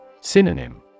Synonym